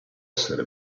essere